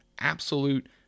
absolute